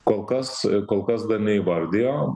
kol kas kol kas dar neįvardijo